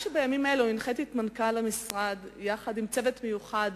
הנחיתי את מנכ"ל המשרד, יחד עם צוות מיוחד